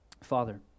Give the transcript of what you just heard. Father